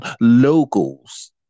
locals